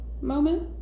moment